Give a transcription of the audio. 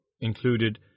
included